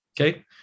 Okay